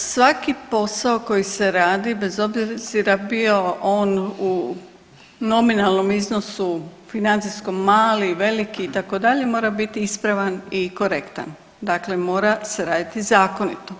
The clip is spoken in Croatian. Ovako, svaki posao koji se radi, bez obzira bio on u nominalnom iznosu, financijskom mali, veliki, itd., mora biti ispravan i korektan, dakle mora se raditi zakonito.